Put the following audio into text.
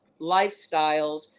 lifestyles